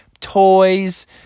toys